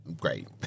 great